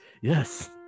Yes